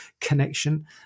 connection